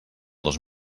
dos